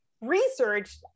research